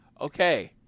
okay